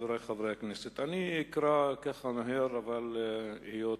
חברי חברי הכנסת, אקרא מהר, היות